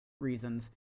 reasons